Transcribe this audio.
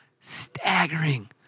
staggering